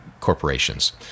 corporations